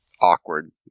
awkward